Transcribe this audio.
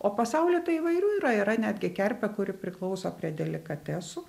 o pasauly tai įvairių yra yra netgi kerpė kuri priklauso prie delikatesų